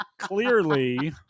clearly